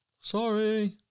Sorry